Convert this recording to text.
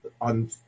on